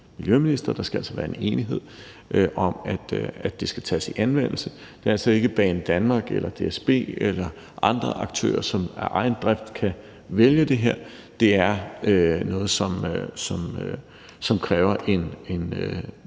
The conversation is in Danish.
Der skal altså være en enighed om, at det skal tages i anvendelse. Det er altså ikke Banedanmark eller DSB eller andre aktører, som af egen drift kan vælge det her. Det er noget, som kræver en